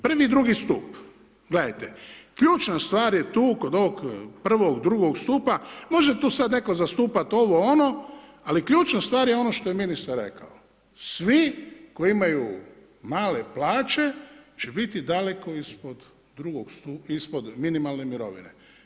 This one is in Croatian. Prvi i drugi stup, gledajte, ključna stvar je tu kod ovog prvog, drugog stupa može tu sada netko zastupati ovo-ono ali ključna stvar je ono što je ministar rekao, svi koji imaju male plaće će biti daleko ispod minimalne mirovine.